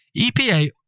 EPA